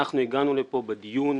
אנחנו הגענו לפה בדיון